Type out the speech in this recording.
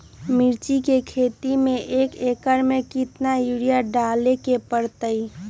मिर्च के खेती में एक एकर में कितना यूरिया डाले के परतई?